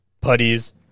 putties